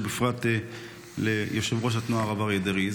ובפרט ליושב-ראש התנועה הרב אריה דרעי.